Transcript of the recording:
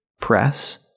press